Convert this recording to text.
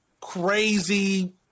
crazy